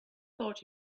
thought